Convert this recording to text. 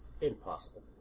impossible